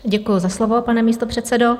Děkuji za slovo, pane místopředsedo.